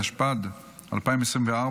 התשפ"ד 2024,